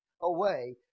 away